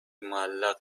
معلق